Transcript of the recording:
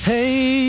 Hey